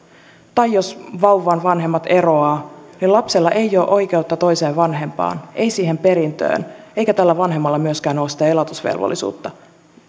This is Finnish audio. tai jos vauvan vanhemmat eroavat niin lapsella ei ole oikeutta toiseen vanhempaan ei siihen perintöön eikä tällä vanhemmalla myöskään ole sitä elatusvelvollisuutta